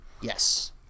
Yes